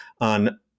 on